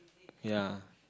ya